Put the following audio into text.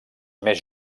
més